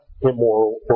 immoral